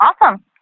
Awesome